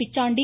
Pichandi